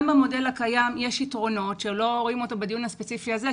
גם במודל הקיים יש יתרונות שלא רואים אותם בדיון הספציפי הזה,